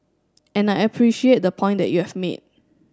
and I appreciate the point that you've made